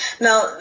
Now